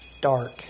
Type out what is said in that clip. dark